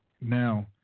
Now